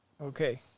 Okay